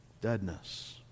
deadness